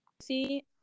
See